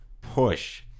push